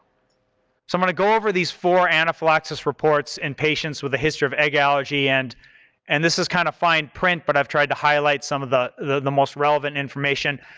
going to go over these four anaphylaxis reports in patients with a history of egg allergy and and this is kind of fine print, but i've tried to highlight some of the the most relevant information.